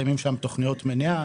מקיימים שם תכניות מניעה.